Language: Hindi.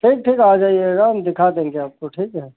ठीक ठीक आ जाईएगा हम दिखा देंगे आपको ठीक है